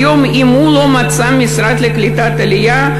היום אם הוא לא מצא את המשרד לקליטת העלייה,